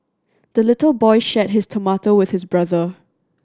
the little boy shared his tomato with his brother